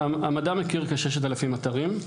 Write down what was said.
המדע מכיר כ-6,000 אתרים.